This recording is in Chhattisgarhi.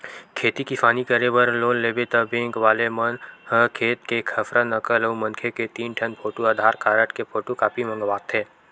खेती किसानी करे बर लोन लेबे त बेंक वाले मन ह खेत के खसरा, नकल अउ मनखे के तीन ठन फोटू, आधार कारड के फोटूकापी मंगवाथे